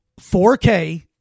4k